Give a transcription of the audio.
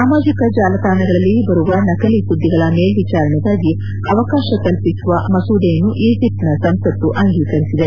ಸಾಮಾಜಿಕ ಜಾಲತಾಣಗಳಲ್ಲಿ ಬರುವ ನಕಲಿ ಸುದ್ದಿಗಳ ಮೇಲ್ವಿಚಾರಣೆಗಾಗಿ ಅವಕಾಶ ಕಲ್ಪಿಸುವ ಮಸೂದೆಯನ್ನು ಈಜಿಪ್ಟ್ನ ಸಂಸತ್ತು ಅಂಗೀಕರಿಸಿದೆ